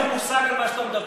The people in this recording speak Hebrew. אין לך מושג על מה שאתה מדבר.